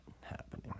happening